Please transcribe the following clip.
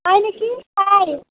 পায় নেকি পায়